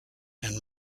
and